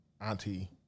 auntie